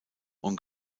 und